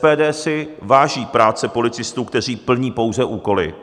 SPD si váží práce policistů, kteří plní pouze úkoly.